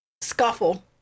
scuffle